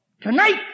Tonight